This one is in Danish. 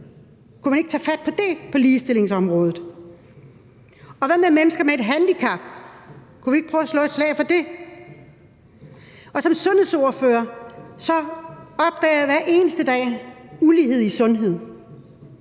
Kunne man ikke tage fat på det på ligestillingsområdet? Og hvad med mennesker med et handicap? Kunne vi ikke prøve at slå et slag for dem? Som sundhedsordfører opdager jeg hver eneste dag ulighed i sundhed.